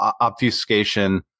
obfuscation